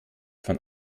von